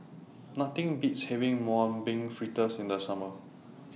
Nothing Beats having Mung Bean Fritters in The Summer